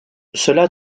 cela